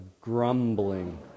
grumbling